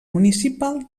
municipal